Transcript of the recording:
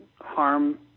harm